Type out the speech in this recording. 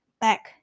back